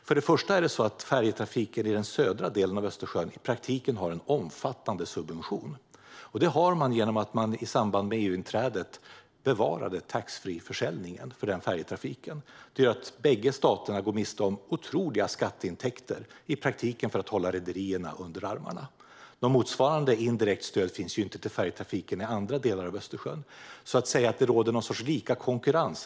För det första är det så att färjetrafiken i den södra delen av Östersjön i praktiken har en omfattande subvention genom att man i samband med EU-inträdet bevarade taxfreeförsäljningen för denna färjetrafik. Detta gör att bägge staterna går miste om otroliga skatteintäkter, i praktiken för att hålla rederierna under armarna. Något motsvarande indirekt stöd finns inte till färjetrafiken i andra delar av Östersjön, så det är fel att säga att det råder någon sorts lika konkurrens.